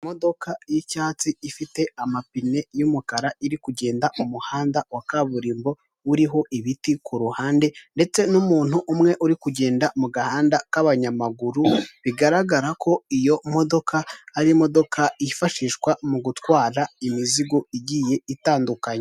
Imodoka y'ikamyo dayihatso isa nk'ijyanye ibicuruzwa, inyuma hari moto n'indi modoka ya toyota biyikurikiye gusa harimo umwanya uhagije.